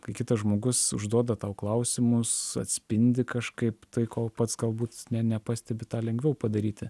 kai kitas žmogus užduoda tau klausimus atspindi kažkaip tai ko pats galbūt nepastebi tą lengviau padaryti